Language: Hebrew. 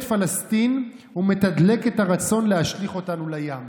פלסטין ומתדלק את הרצון להשליך אותנו לים.